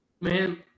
man